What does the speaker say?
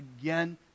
again